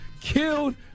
killed